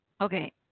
Okay